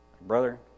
Brother